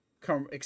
come